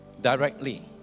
Directly